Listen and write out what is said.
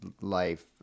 life